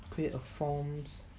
create a forms